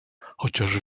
chociaż